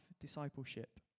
discipleship